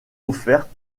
offerte